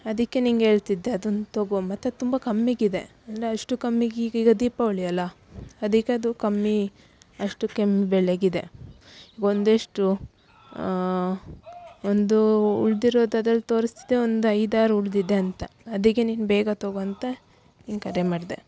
ಅದಕ್ಕೆ ನಿಂಗೆ ಹೇಳ್ತಿದ್ದೆ ಅದನ್ನ ತೊಗೋ ಮತ್ತು ಅದು ತುಂಬ ಕಮ್ಮಿಗಿದೆ ಅಂದರೆ ಅಷ್ಟು ಕಮ್ಮಿಗೆ ಈಗೀಗ ದೀಪಾವಳಿ ಅಲ್ಲ ಅದಕ್ಕೆ ಅದು ಕಮ್ಮಿ ಅಷ್ಟು ಕೆಮ್ಮ ಬೆಳಗಿದೆ ಒಂಿದಷ್ಟು ಒಂದೂ ಉಳ್ದಿರೋದು ಅದ್ರಲ್ಲಿ ತೋರಿಸ್ತಿದೆ ಒಂದು ಐದಾದು ಉಳಿದಿದೆ ಅಂತ ಅದಕ್ಕೆ ನೀನು ಬೇಗ ತೊಗೋ ಅಂತ ನಿಂಗೆ ಕರೆ ಮಾಡಿದೆ